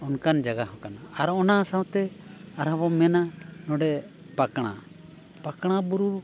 ᱚᱱᱠᱟᱱ ᱡᱟᱭᱜᱟ ᱦᱚᱸ ᱠᱟᱱᱟ ᱟᱨ ᱚᱱᱟ ᱥᱟᱶᱛᱮ ᱟᱨᱦᱚᱸ ᱵᱚᱱ ᱢᱮᱱᱟ ᱱᱚᱰᱮ ᱯᱟᱸᱠᱲᱟ ᱯᱟᱸᱠᱲᱟ ᱵᱩᱨᱩ